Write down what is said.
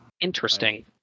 interesting